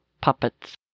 puppets